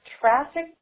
traffic